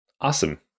Awesome